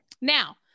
Now